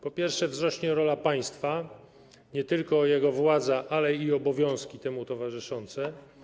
Po pierwsze, wzrośnie rola państwa, nie tylko jego władza, ale i obowiązki temu towarzyszące.